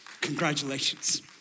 Congratulations